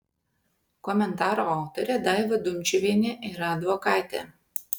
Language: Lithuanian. komentaro autorė daiva dumčiuvienė yra advokatė